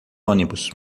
ônibus